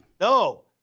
No